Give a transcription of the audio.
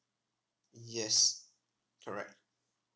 yes correct